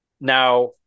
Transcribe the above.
now